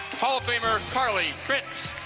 hall of famer carlie tritz.